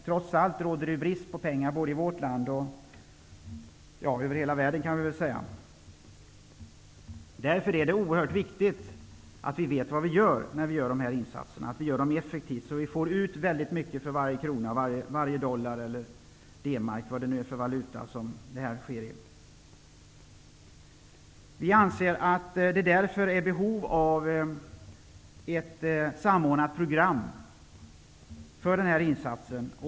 Trots allt råder det brist på pengar både i vårt land och i hela världen i övrigt. Därför är det oerhört viktigt att vi vet vad vi gör. Vi måste vara effektiva, så att vi får ut så mycket som möjligt av varenda krona, dollar eller D-mark. Vi anser därför att det finns ett behov av ett samordnat program för denna insats.